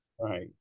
Right